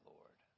Lord